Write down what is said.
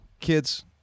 kids